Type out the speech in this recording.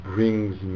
Brings